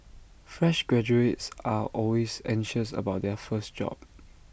fresh graduates are always anxious about their first job